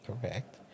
Correct